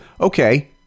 Okay